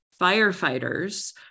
firefighters